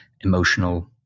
emotional